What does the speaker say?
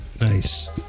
Nice